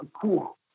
cool